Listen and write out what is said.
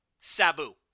Sabu